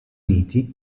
uniti